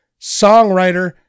songwriter